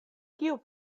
kiu